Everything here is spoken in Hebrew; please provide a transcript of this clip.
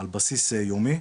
על בסיס יומי,